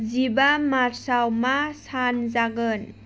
जिबा मार्चआव मा सान जागोन